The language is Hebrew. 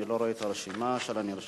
אני לא רואה את הרשימה של הנרשמים.